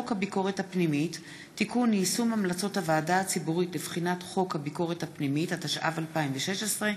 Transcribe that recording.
התיישנות עבירות), התשע"ו 2016,